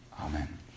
Amen